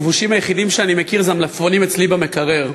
הכבושים היחידים שאני מכיר זה המלפפונים אצלי במקרר.